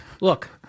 look